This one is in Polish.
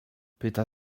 pyta